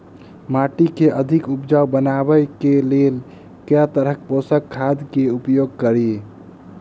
माटि केँ अधिक उपजाउ बनाबय केँ लेल केँ तरहक पोसक खाद केँ उपयोग करि?